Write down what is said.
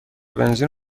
بنزین